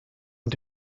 und